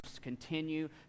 continue